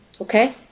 Okay